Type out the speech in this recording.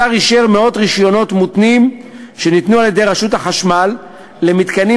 השר אישר מאות רישיונות מותנים שניתנו על-ידי רשות החשמל למתקנים